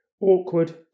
awkward